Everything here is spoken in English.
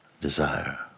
Desire